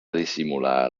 dissimular